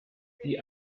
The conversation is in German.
die